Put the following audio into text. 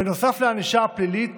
בנוסף, לענישה הפלילית